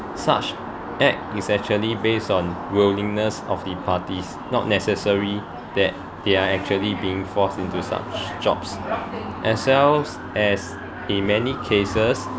such act is actually based on willingness of the parties not necessary that they are actually being forced into such jobs as wells as in many cases